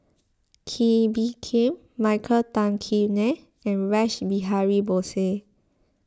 Kee Bee Khim Michael Tan Kim Nei and Rash Behari Bose